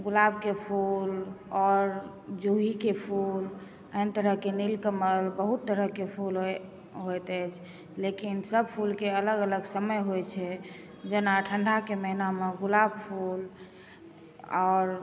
गुलाबके फूल आओर जूहीके फूल एहन तरहके नीलकमल बहुत तरहके फूल होइत अछि लेकिन सब फूलके अलग अलग समय होइ छै जेना ठण्डाके महिनामे गुलाब फूल आओर